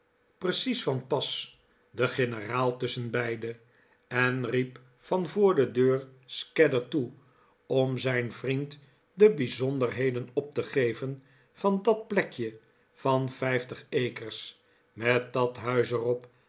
precies van pas de generaal tusschenbeide en riep van voor de deur scadder toe om zijn vriend de bijzonderheden op te geven van dat plekje van vijftig acres met dat huis er